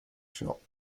shop